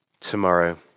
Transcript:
tomorrow